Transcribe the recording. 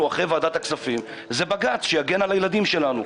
אחרי ועדת הכספים היא בג"ץ שיגן על הילדים שלנו.